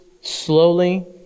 slowly